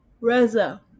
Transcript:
Reza